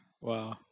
wow